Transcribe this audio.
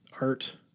Art